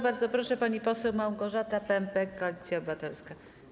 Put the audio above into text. Bardzo proszę, pani poseł Małgorzata Pępek, Koalicja Obywatelska.